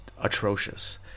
atrocious